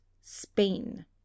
Spain